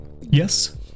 Yes